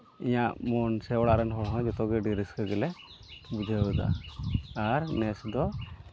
ᱤᱧᱟᱜ ᱢᱚᱱ ᱥᱮ ᱚᱲᱟᱜ ᱨᱮᱱ ᱦᱚᱲ ᱦᱚᱸ ᱡᱚᱛᱚᱜᱮ ᱟᱹᱰᱤ ᱨᱟᱹᱥᱠᱟᱹ ᱜᱮᱞᱮ ᱵᱩᱡᱷᱟᱹᱣᱫᱟ ᱟᱨ ᱱᱮᱥ ᱫᱚ